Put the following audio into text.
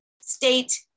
state